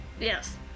Yes